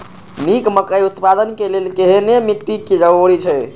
निक मकई उत्पादन के लेल केहेन मिट्टी के जरूरी छे?